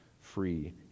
free